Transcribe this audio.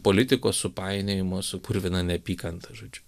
politikos supainiojimo su purvina neapykanta žodžiu